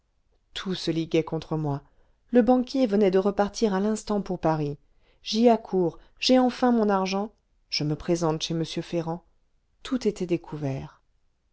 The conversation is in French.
tout se liguait contre moi le banquier venait de repartir à l'instant pour paris j'y accours j'ai enfin mon argent je me présente chez m ferrand tout était découvert